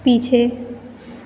पीछे